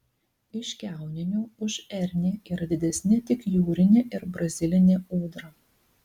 iš kiauninių už ernį yra didesni tik jūrinė ir brazilinė ūdra